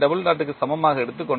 M